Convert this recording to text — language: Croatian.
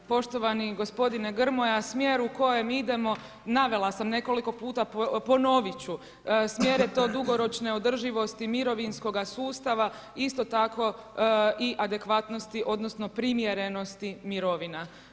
Poštovani gospodine Grmoja, smjer u kojem idemo, navela sam nekoliko puta, ponovit ću, smjer je to dugoročne održivosti mirovinskoga sustava, isto tako i adekvatnosti odnosno primjerenosti mirovina.